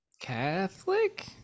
Catholic